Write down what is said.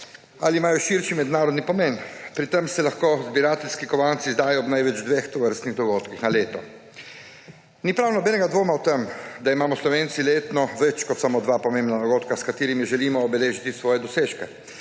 ali imajo širši mednarodni pomen. Pri tem se lahko zbirateljski kovanci izdajo ob največ dveh tovrstnih dogodkih na leto. Ni prav nobenega dvoma o tem, da imamo Slovenci letno več kot samo dva pomembna dogodka, s katerimi želimo obeležiti svoje dosežke,